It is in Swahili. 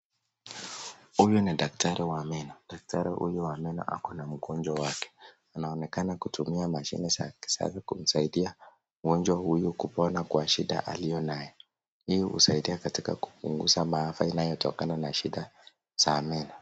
Huyu ni daktari wa meno. Daktari huyu wa meno akona mgonjwa wake. Anaonekana kutumia mashine za kisasa kumsaidia mgonjwa huyu kupona kwa shida alionayo. Hii husaidia katika kupunguza maafa inayotokana na shida za meno.